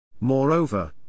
Moreover